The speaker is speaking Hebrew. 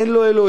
אין לו אלוהים,